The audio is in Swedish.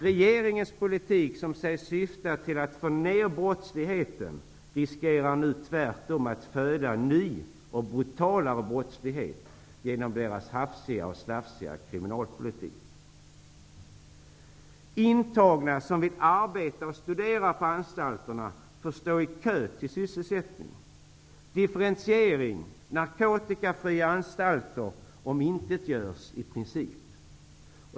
Regeringens politik, som sägs syfta till att få ner brottsligheten, riskerar nu tvärtom att föda ny och brutalare brottslighet. Regeringens kriminalpolitik är hafsig och slarvig. Intagna som vill arbeta och studera på anstalterna får stå i kö till sysselsättning. Differentiering och narkotikafria anstalter omintetgörs i princip.